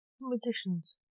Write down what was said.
Magician's